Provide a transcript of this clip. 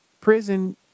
prison